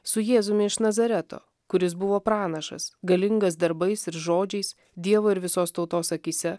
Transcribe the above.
su jėzumi iš nazareto kuris buvo pranašas galingas darbais ir žodžiais dievo ir visos tautos akyse